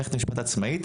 ומערכת המשפט עצמאית,